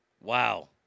Wow